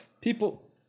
people